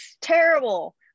terrible